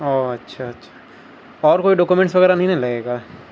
او اچھا اچھا اور کوئی ڈاکومینٹس وغیرہ نہیں نہ لگے گا